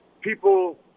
People